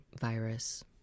virus